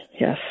yes